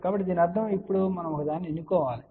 కాబట్టి దీని అర్థం ఇప్పుడు మనం ఒకదాన్ని ఎన్నుకోవాలి